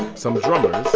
some drummers.